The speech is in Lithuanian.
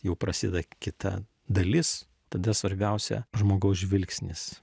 jau prasideda kita dalis tada svarbiausia žmogaus žvilgsnis